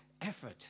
effort